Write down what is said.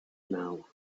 now